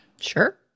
Sure